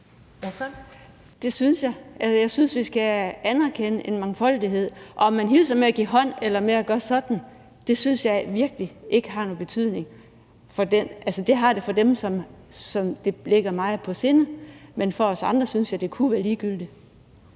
(FG): Det synes jeg. Jeg synes, vi skal anerkende en mangfoldighed, og om man hilser ved at give hånd eller på en anden måde, synes jeg virkelig ikke har nogen betydning. Det har det for dem, som det ligger meget på sinde, men for os andre synes jeg det kunne være ligegyldigt.